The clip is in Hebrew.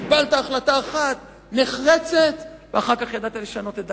קיבלת החלטה אחת נחרצת ואחר כך ידעת לשנות את דעתך.